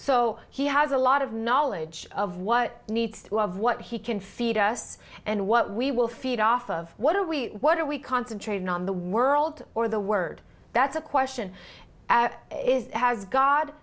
so he has a lot of knowledge of what needs of what he can feed us and what we will feed off of what are we what are we concentrating on the world or the word that's a question is has god